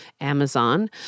Amazon